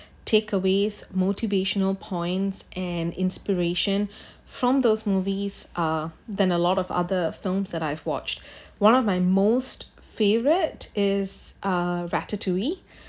takeaways motivational points and inspiration from those movies ah than a lot of other films that I've watched one of my most favourite is ah ratatouille